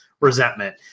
resentment